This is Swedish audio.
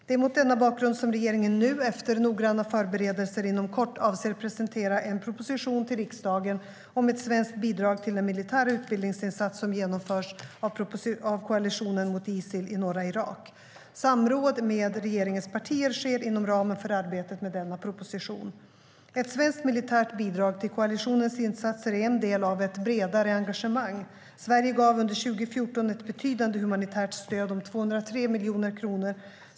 Det är mot denna bakgrund som regeringen nu, efter noggranna förberedelser, inom kort avser att presentera en proposition till riksdagen om ett svenskt bidrag till den militära utbildningsinsats som genomförs av koalitionen mot Isil i norra Irak. Samråd med riksdagens partier sker inom ramen för arbetet med denna proposition. Ett svenskt militärt bidrag till koalitionens insatser är en del av ett bredare engagemang. Sverige gav under 2014 ett betydande humanitärt stöd om 203 miljoner kronor.